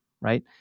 Right